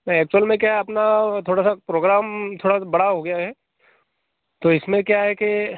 नहीं एक्चुअल में क्या है अपना थोड़ा सा प्रोग्राम थोड़ा सा बड़ा हो गया है तो इसमें क्या है कि